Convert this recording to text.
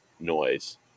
Noise